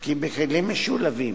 כי בכלים משולבים,